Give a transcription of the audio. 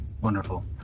Wonderful